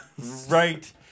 right